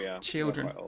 children